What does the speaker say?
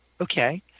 okay